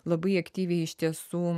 labai aktyviai iš tiesų